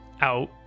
out